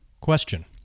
Question